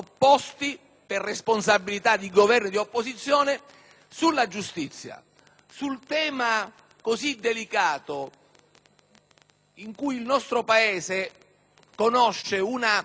sul tema così delicato in cui il nostro Paese conosce una tensione ormai quasi ventennale